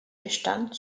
bestand